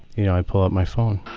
you know, i pull out my phone